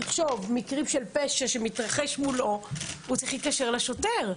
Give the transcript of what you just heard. מקרים של פשע שמתרחשים מולו הוא צריך להתקשר לשוטר.